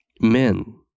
men